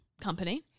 company